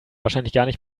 wahrscheinlich